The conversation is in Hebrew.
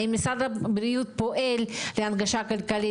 האם משרד הבריאות פועל להנגשה כלכלית?